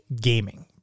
gaming